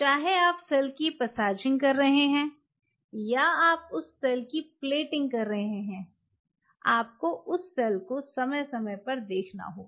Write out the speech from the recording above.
चाहे आप सेल की पैसजिंग कर रहे हैं या आप उस सेल की प्लेटिंग कर रहे हैं आपको उस सेल को समय समय पर देखना होगा